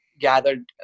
gathered